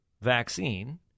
vaccine